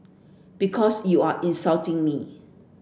because you are insulting me